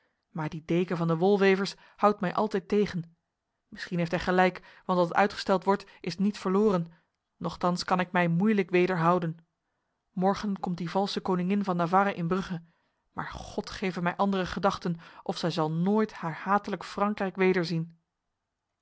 maar die deken van de wolwevers houdt mij altijd tegen misschien heeft hij gelijk want wat uitgesteld wordt is niet verloren nochtans kan ik mij moeilijk wederhouden morgen komt die valse koningin van navarra in brugge maar god geve mij andere gedachten of zij zal nooit haar hatelijk frankrijk